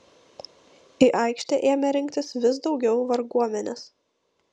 į aikštę ėmė rinktis vis daugiau varguomenės